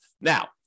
Now